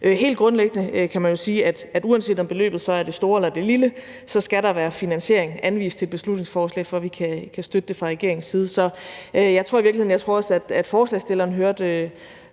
Helt grundlæggende kan man jo sige, at uanset om beløbet så er det store eller det lille, så skal der være finansiering anvist i et beslutningsforslag, før vi kan støtte det fra regeringens side. Jeg tror også, at forslagsstilleren hørte